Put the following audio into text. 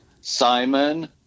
Simon